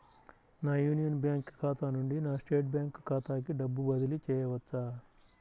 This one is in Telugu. నా యూనియన్ బ్యాంక్ ఖాతా నుండి నా స్టేట్ బ్యాంకు ఖాతాకి డబ్బు బదిలి చేయవచ్చా?